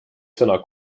sõna